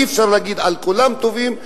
אי-אפשר להגיד על כולם טובים,